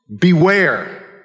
beware